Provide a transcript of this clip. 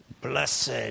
Blessed